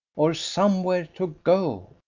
or somewhere to go.